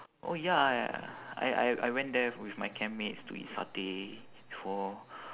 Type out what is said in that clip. oh ya I I I went there with my camp mates to eat satay before